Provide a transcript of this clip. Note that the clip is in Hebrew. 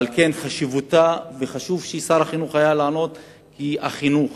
לכן חשוב ששר החינוך יענה, כי זה החינוך.